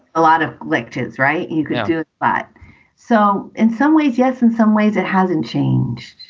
a lot of lectures, right? you do. but so in some ways, yes. in some ways it hasn't changed,